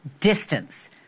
distance